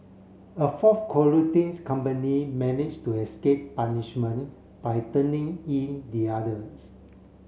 a fourth colluding's company manage to escape punishment by turning in the others